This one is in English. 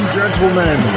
gentlemen